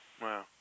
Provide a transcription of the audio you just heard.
Wow